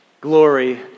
glory